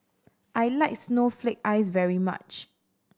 I like snowflake ice very much